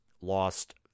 lost